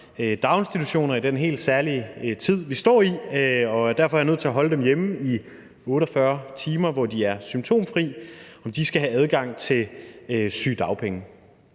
daginstitutioner i den helt særlige tid, vi står i, er nødt til at holde dem hjemme i 48 timer, hvor de er symptomfri, skal have adgang til sygedagpenge.